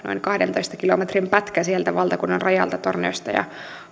kahdentoista kilometrin pätkä sieltä valtakunnanrajalta torniosta ja